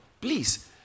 Please